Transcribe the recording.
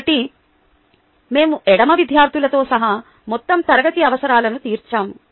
కాబట్టి మేము ఎడమ విద్యార్థులతో సహా మొత్తం తరగతి అవసరాలను తీర్చాము